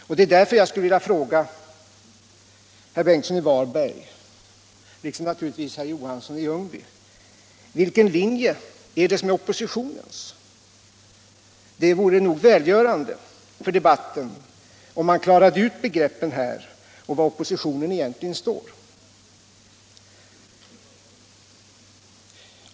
Jag vill därför fråga herr Ingemund Bengtsson i Varberg - liksom naturligtvis också herr Johansson i Ljungby: Vilken linje är det som är oppositionens? Det vore välgörande för debatten om man klarade ut begreppen i det fallet och talade om var oppositionen egentligen står.